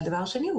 דבר שני,